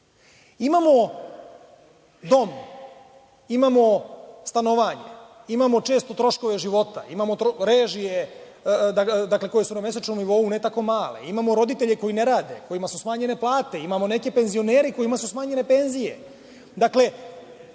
dom, imamo stanovanje, imamo često troškove života, imamo režije, dakle, koje su na mesečnom nivou ne tako male, imamo roditelje koji ne rade, kojima su smanjenje plate, imamo neke penzionere kojima su smanjenje penzije.